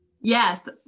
Yes